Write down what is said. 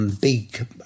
big